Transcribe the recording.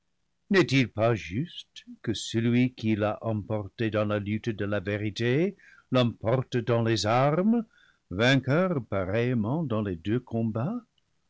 n'est-il pas juste que celui qui l'a emporté dans la lutte de la vérité l'emporte dans les armes vainqueur pareillement dans les deux